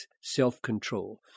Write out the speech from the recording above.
self-control